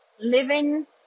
living